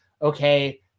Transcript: okay